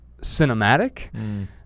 cinematic